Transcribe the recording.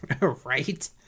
Right